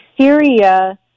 Syria